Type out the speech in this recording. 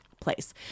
place